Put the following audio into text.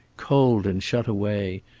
cold and shut away,